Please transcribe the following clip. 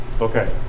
Okay